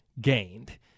gained